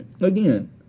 again